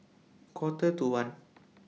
Quarter to one